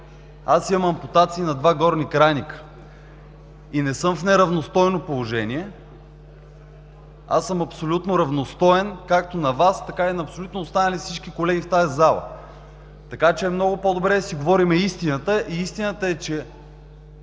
имам ампутации на два горни крайника и не съм в неравностойно положение, аз съм абсолютно равностоен както на Вас, така и на всички останали колеги в тази зала. Така че е много по-добре да си говорим истината. Истината е, че